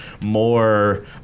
more